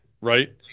Right